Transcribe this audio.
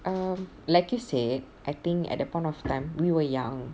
um like you said I think at that point of time we were young